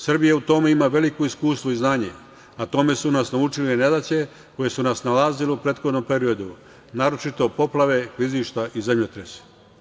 Srbija u tome ima veliko iskustvo i znanje, a tome su nas naučile nedaće koje su nas snalazile u prethodnom periodu, naročito poplave, klizišta i zemljotresi.